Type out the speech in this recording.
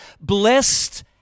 blessed